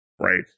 right